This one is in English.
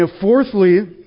Fourthly